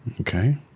Okay